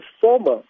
former